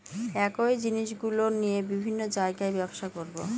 একই জিনিসগুলো নিয়ে বিভিন্ন জায়গায় ব্যবসা করবো